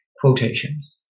quotations